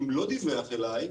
אם לא דיווח אליי,